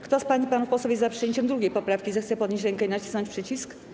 Kto z pań i panów posłów jest za przyjęciem 2. poprawki, zechce podnieść rękę i nacisnąć przycisk.